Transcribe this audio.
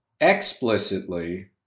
explicitly